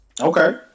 okay